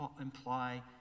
imply